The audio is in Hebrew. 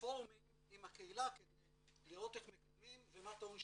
פרומים עם הקהילה כדי לראות איך מקדמים ומה טעון שיפור.